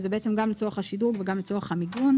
אז זה בעצם גם לצורך השדרוג וגם לצורך המיגון.